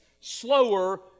slower